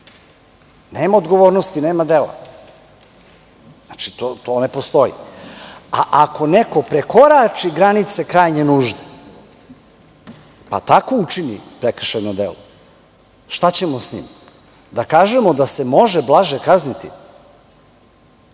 nema odgovornosti, nema dela. Znači, to ne postoji. A ako neko prekorači granice krajnje nužde, pa tako učini prekršajno delo, šta ćemo sa njim, da kažemo da se može blaže kazniti? Vrlo